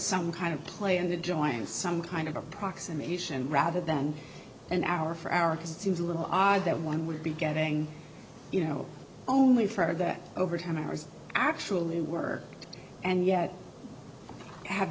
some kind of play in the joints some kind of approximation rather than an hour for hour just seems a little odd that one would be getting you know only for that overtime hours actually worked and yet have